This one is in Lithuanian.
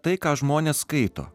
tai ką žmonės skaito